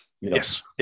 Yes